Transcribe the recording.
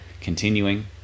Continuing